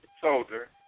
Soldier